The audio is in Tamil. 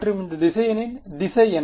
மற்றும் இந்த திசையனின் திசை என்ன r r